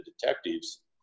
detectives